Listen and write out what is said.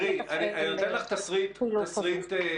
אני נותן לך תסריט סביר